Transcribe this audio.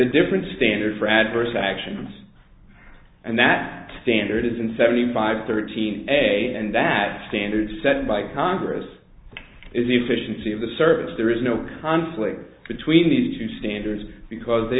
a different standard for adverse actions and that standard is in seventy five thirteen a and that standard said by congress is the efficiency of the service there is no conflict between these two standards because they